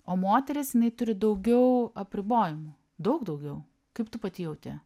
o moteris jinai turi daugiau apribojimų daug daugiau kaip tu pati jauti